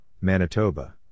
Manitoba